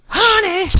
honey